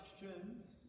questions